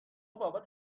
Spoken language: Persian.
بابت